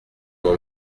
mon